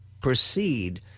proceed